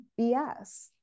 BS